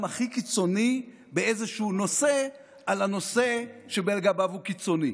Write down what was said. הכי קיצוני באיזשהו נושא על הנושא שלגביו הוא קיצוני: